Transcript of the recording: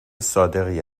صادقی